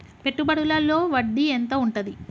పెట్టుబడుల లో వడ్డీ ఎంత ఉంటది?